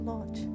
Lord